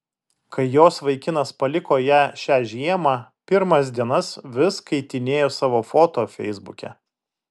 kai jos vaikinas paliko ją šią žiemą pirmas dienas vis keitinėjo savo foto feisbuke